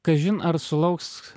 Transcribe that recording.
kažin ar sulauks